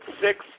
Six